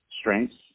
strengths